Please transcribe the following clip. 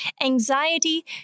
anxiety